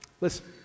Listen